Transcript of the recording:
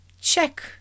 check